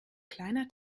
kleiner